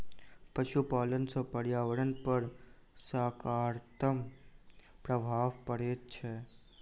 पशुपालन सॅ पर्यावरण पर साकारात्मक प्रभाव पड़ैत छै